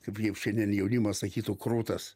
kaip jau šiandien jaunimas sakytų krūtas